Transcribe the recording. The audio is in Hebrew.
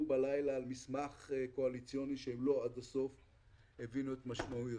בלילה על מסמך קואליציוני שהם לא עד הסוף הבינו את משמעויותיו.